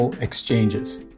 exchanges